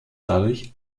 dadurch